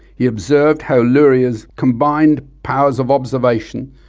he observed how luria's combined powers of observation,